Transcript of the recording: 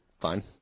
fine